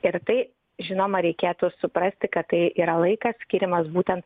ir tai žinoma reikėtų suprasti kad tai yra laikas skiriamas būten